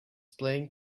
playing